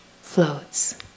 floats